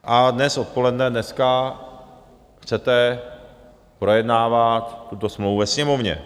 A dnes odpoledne, dneska chcete projednávat tuto smlouvu ve Sněmovně.